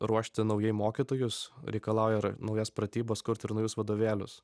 ruošti naujai mokytojus reikalauja ir naujas pratybas kurt ir naujus vadovėlius